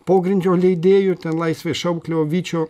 pogrindžio leidėju ten laisvės šauklio vyčio